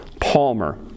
Palmer